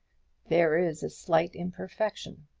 there is a slight imperfection.